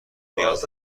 نیاز